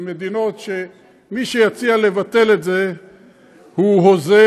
עם מדינות שמי שיציע לבטל את זה הוא הוזה,